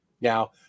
Now